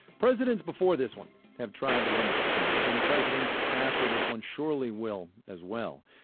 presidents before this one have tried to limit spending. and presidents after this one surely will as well.